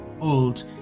old